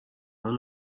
اون